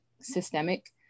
systemic